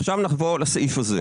עכשיו, נחבור לסעיף הזה.